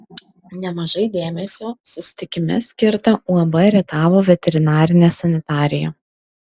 nemažai dėmesio susitikime skirta uab rietavo veterinarinė sanitarija